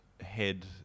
head